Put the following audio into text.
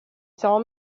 saw